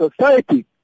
society